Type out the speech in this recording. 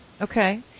Okay